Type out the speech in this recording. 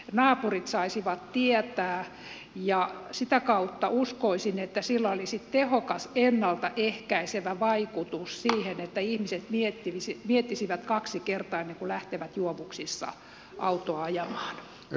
naapurit saisivat tietää ja sitä kautta uskoisin että sillä olisi tehokas ennalta ehkäisevä vaikutus siten että ihmiset miettisivät kaksi kertaa ennen kuin lähtevät juovuksissa autoa ajamaan